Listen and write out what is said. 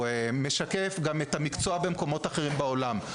שמשקף את המקצוע במקומות אחרים בעולם,